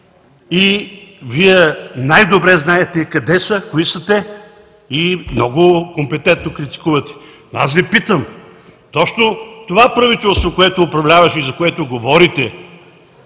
и Вие най-добре знаете къде са, кои са те и много компетентно критикувате. Аз Ви питам: точно в това правителство, което управляваше и за което говорите,